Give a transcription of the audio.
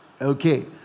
okay